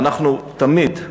אנחנו תמיד,